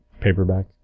paperback